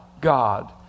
God